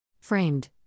Framed